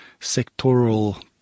sectoral